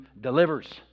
delivers